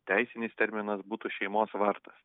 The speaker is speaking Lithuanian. teisinis terminas būtų šeimos vardas